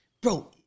Bro